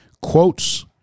quotes